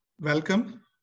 Welcome